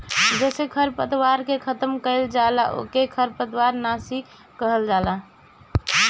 जेसे खरपतवार के खतम कइल जाला ओके खरपतवार नाशी कहल जाला